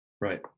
right